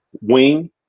wing